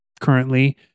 currently